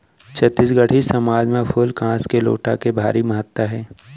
छत्तीसगढ़ी समाज म फूल कांस के लोटा के भारी महत्ता हे